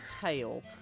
tail